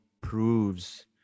proves